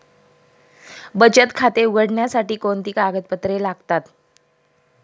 बचत खाते उघडण्यासाठी कोणती कागदपत्रे लागतात?